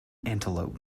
antelope